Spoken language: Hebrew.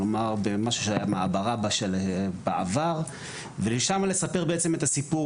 כלומר משהו שהיה מעברה בעבר ולשם לספר בעצם את הסיפור